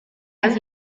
las